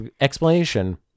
explanation